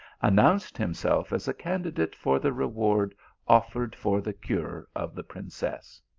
announced himself as a candidate for the reward offered for the cure of the princess.